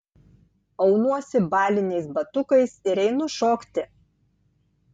aunuosi baliniais batukais ir einu šokti